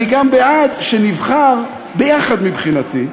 אני גם בעד שנבחר, יחד, מבחינתי,